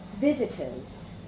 visitors